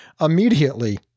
immediately